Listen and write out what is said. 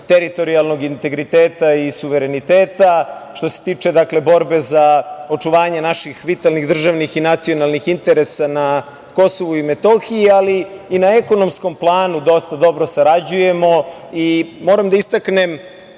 teritorijalnog integriteta i suvereniteta, što se tiče borbe za očuvanje naših vitalnih državnih i nacionalnih interesa na Kosovu i Metohiji, ali i na ekonomskom planu dosta dobro sarađujemo. Moram da istaknem